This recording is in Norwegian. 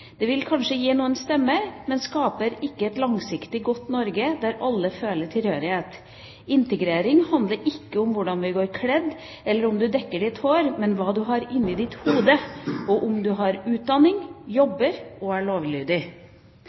Det vil kanskje gi noen stemmer, men skaper ikke et langsiktig godt Norge der alle føler tilhørighet. Integrering handler ikke om hvordan du går kledd eller om du dekker ditt hår – men om hva du har inni ditt hode, om du tar utdanning, jobber og er lovlydig.»